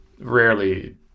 rarely